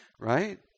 Right